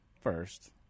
first